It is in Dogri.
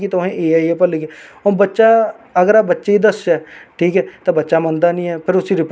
और जेहके मेरे चाचे जी कटरा खड़ोते दे हे उंदी जमानत बी जब्त होई गेई ही ना नेई में उंदा लैना चाहंदी